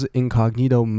incognito